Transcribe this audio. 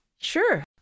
Sure